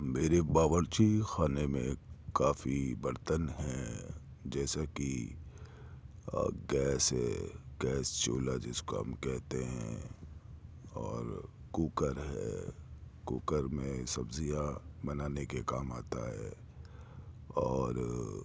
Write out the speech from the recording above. میرے باورچی خانے میں کافی برتن ہیں جیسے کہ گیس ہے گیس چولہا جس کو ہم کہتے ہیں اور کوکر ہے کوکر میں سبزیاں بنانے کے کام آتا ہے اور